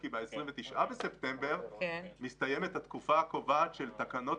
כי ב-29 בספטמבר מסתיימת התקופה הקובעת של תקנות